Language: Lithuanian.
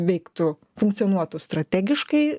veiktų funkcionuotų strategiškai